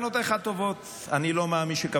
יחליט,